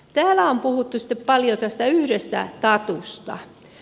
täällä on puhuttu paljon tästä yhdestä tatusta